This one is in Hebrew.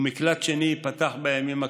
ומקלט שני ייפתח בימים הקרובים.